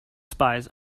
spies